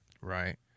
right